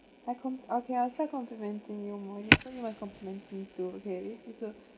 I comp~ okay I start complimenting you more you also you must compliment me too okay it's a